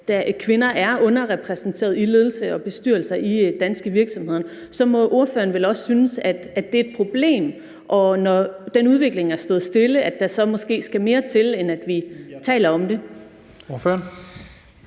at kvinder er underrepræsenteret i ledelser og bestyrelser i danske virksomheder. Så må ordføreren vel også synes, det er et problem, og når den udvikling har stået stille, at der så måske skal mere til, end at vi taler om det?